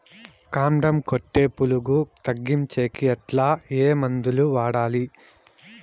కాండం కొట్టే పులుగు తగ్గించేకి ఎట్లా? ఏ మందులు వాడాలి?